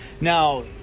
Now